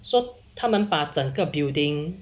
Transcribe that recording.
so 他们把整个 building